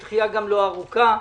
היא גם לא ארוכה.